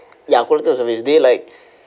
ya quality of service they like